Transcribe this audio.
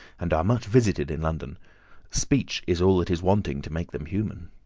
and are much visited in london speech is all that is wanting to make them human.